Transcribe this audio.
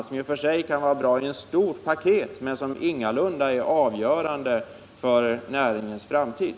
Det kan i och för sig vara bra åtgärder om de ingår i ett stort paket, men de är ingalunda avgörande för näringens framtid.